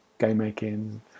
game-making